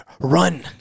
Run